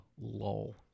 lull